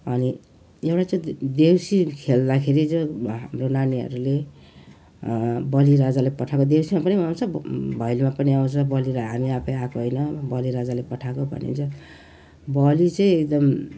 अनि एउटा चाहिँ देउसी खेल्दाखेरि चाहिँ हाम्रो नानीहरूले बलि राजाले पठाएको देउसीमा पनि मनाउँछ भैलोमा पनि आउँछ बलि र हामी आफै आएको होइन बलि राजाले पठाएको भनेर चाहिँ बलि चाहिँ एकदम